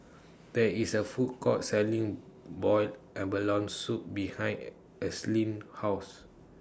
There IS A Food Court Selling boiled abalone Soup behind Ashlyn's House